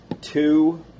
two